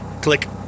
Click